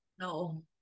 no